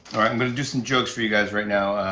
i'm gonna do some jokes for you guys right now.